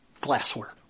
glassware